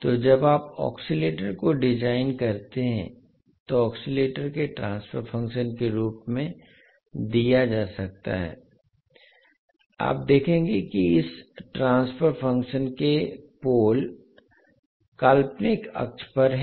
तो जब आप ऑस्किलटर को डिज़ाइन करते हैं तो ऑस्किलटर के ट्रांसफर फंक्शन के रूप में दिया जा सकता है आप देखेंगे कि इस ट्रांसफर कार्यों के पोल काल्पनिक अक्ष पर हैं